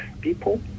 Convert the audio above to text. people